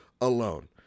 alone